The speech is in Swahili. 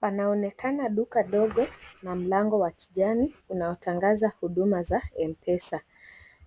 Panaonekana duka ndogo, na mlango wa kijani unaotangaza huduma za M-Pesa.